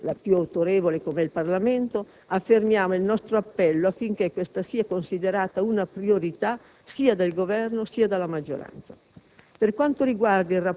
In questa sede, la più autorevole, come è il Parlamento, affermiamo il nostro appello affinché questa sia considerata una priorità sia dal Governo che dalla maggioranza.